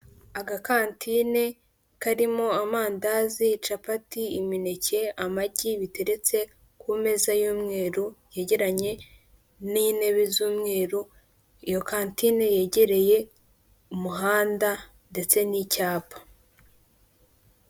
Agakantine karimo amandazi, capati, imineke, amagi biteretse ku meza y'umweru yegeranye n'intebe z'umweru, iyo kantine yegereye umuhanda ndetse n'icyapa.